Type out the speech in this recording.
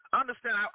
Understand